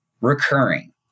Recurring